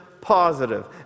positive